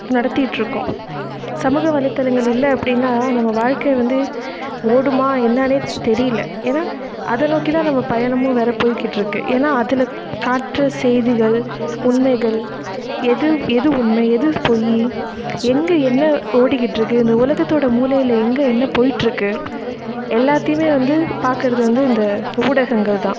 நடத்திக்கிட்டிருக்கோம் சமூக வலைத்தளங்கள் இல்லை அப்படின்னா நம்ம வாழ்க்கை வந்து ஓடுமா என்னன்னே தெரியிலை ஏன்னா அதை நோக்கிதான் நம்ம பயணமும் வேறு போயிக்கிட்டிருக்கு ஏன்னா அதில் காட்டுற செய்திகள் உண்மைகள் எது எது உண்மை எது பொய் எங்கே என்ன ஓடிக்கிட்டிருக்கு இந்த உலகத்தோடய மூலையில் எங்கே என்ன போயிட்டிருக்கு எல்லாத்தையுமே வந்து பார்க்கறது வந்து இந்த ஊடகங்கள்தான்